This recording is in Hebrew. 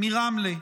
מרמלה,